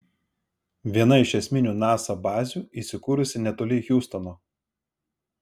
viena iš esminių nasa bazių įsikūrusi netoli hjustono